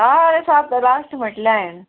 हय सात लास्ट म्हटल्या हांयेंन